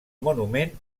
monument